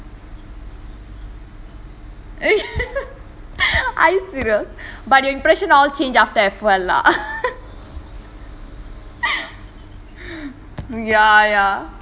seetha ரொம்ப அமைதியான பொண்ணு மாதிரி தெரியுறா அழுதுடுவா:romba amaithiaana ponnu maadhiri theryiura aluthuduvaa but the impression all changed after ef~ well lah ya ya